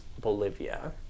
Bolivia